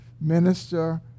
minister